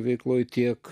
veikloje tiek